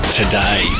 today